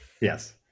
Yes